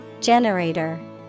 Generator